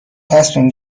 تصمیم